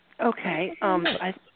Okay